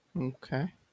Okay